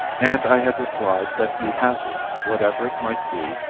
and i had replied that the hazard, whatever it might be,